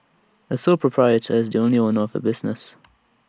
A sole proprietor is the only owner of A business